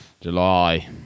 July